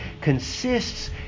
consists